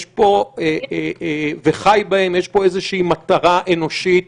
יש פה איזושהי מטרה אנושית